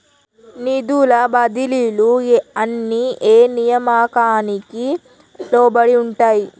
నిధుల బదిలీలు అన్ని ఏ నియామకానికి లోబడి ఉంటాయి?